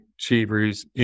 achievers